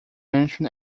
mention